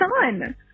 son